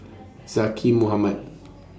Zaqy Mohamad